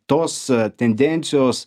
tos tendencijos